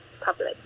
public